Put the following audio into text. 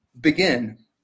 begin